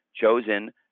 chosen